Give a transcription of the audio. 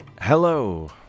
Hello